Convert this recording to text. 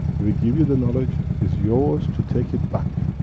we give you the knowledge, it's yours to take it back.